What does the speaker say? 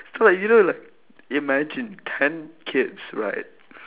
so you know like imagine ten kids right